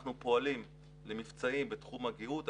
אנחנו פועלים למבצעים בתחום הגהות.